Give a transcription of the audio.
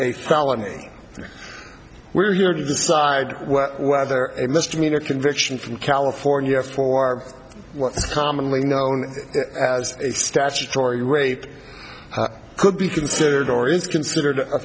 and we're here to decide whether a misdemeanor conviction from california for what's commonly known as a statutory rape could be considered or is considered a